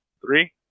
Three